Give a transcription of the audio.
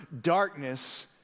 darkness